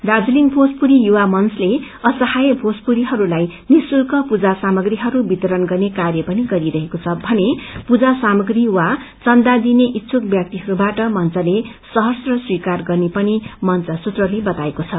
दार्जीलिङ भोजपुरी युवा मंचले असाहय भोजपुरीहरूलाई निश्चल्क पूजा सामग्रीहरू वितरण गर्ने कार्य पनि गरिरहेको छ भने पूजा सामग्री वा चन्दा दिने इच्छुक व्यक्तिहरूबाट मंचले सहर्ष स्वीकार गर्ने पनि मंच सूत्रले बताएको छ